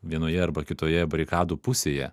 vienoje arba kitoje barikadų pusėje